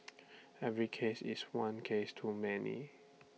every case is one case too many